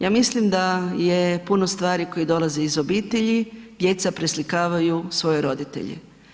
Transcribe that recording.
Ja mislim da je puno stvari koje dolaze iz obitelji, djeca preslikavaju svoje roditelje.